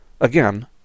again